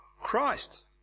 Christ